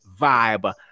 vibe